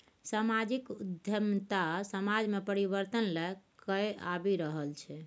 समाजिक उद्यमिता समाज मे परिबर्तन लए कए आबि रहल छै